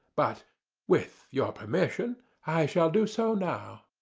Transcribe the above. but with your permission i shall do so now.